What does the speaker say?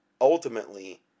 ultimately